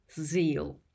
zeal